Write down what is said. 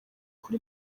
kuri